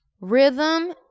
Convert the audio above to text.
Rhythm